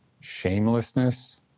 shamelessness